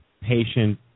patient